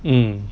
mm